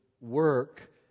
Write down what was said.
work